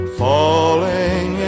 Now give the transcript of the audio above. falling